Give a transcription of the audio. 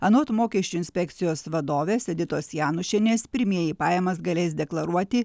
anot mokesčių inspekcijos vadovės editos janušienės pirmieji pajamas galės deklaruoti